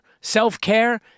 Self-care